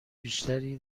بیشتری